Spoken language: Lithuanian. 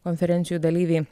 konferencijų dalyviai